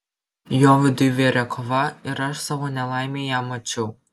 jo viduj virė kova ir aš savo nelaimei ją mačiau